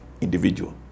individual